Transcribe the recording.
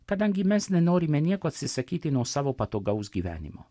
kadangi mes nenorime nieko atsisakyti nuo savo patogaus gyvenimo